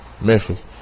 Memphis